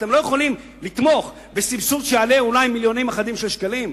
אתם לא יכולים לתמוך בסבסוד שיעלה אולי מיליונים אחדים של שקלים?